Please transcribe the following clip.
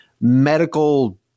medical